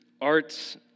arts